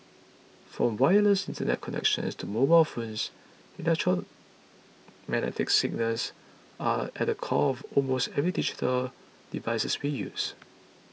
from wireless Internet connections to mobile phones electromagnetic signals are at the core of almost every digital device we use